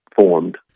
formed